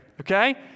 okay